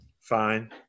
Fine